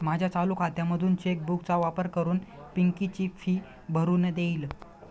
माझ्या चालू खात्यामधून चेक बुक चा वापर करून पिंकी ची फी भरून देईल